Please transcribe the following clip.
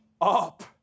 up